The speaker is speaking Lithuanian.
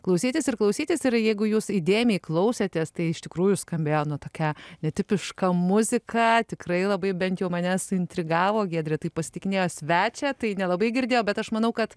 klausytis ir klausytis ir jeigu jūs įdėmiai klausėtės tai iš tikrųjų skambėjo nu tokia netipiška muzika tikrai labai bent jau mane suintrigavo giedrė tai pasitikinėjo svečią tai nelabai girdėjo bet aš manau kad